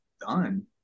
done